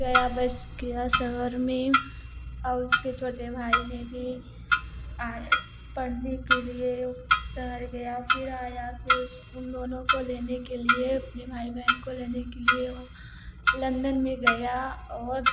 गया बस गया शहर में और उसके छोटे भाई बीबी आए पढ़ने के लिए शहर गया फिर आया फिर उस उन दोनों को लेने के लिए अपने भाई बहन को लेने के लिए वह लंदन में गया और